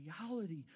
reality